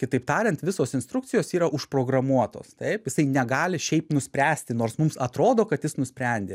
kitaip tariant visos instrukcijos yra užprogramuotos taip jisai negali šiaip nuspręsti nors mums atrodo kad jis nusprendė